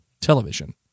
television